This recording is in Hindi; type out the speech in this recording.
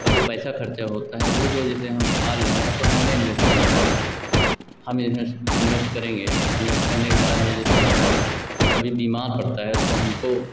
जो पैसा खर्चा होता है वह जो जैसे हम पाल रहे हैं तो हमें इन्वेस्ट करना पड़ता है हम ही इन्वेस्ट इन्वेस्ट करेंगे इन्वेस्ट करने के बाद में जैसे कि कभी बीमार पड़ता है तो हमको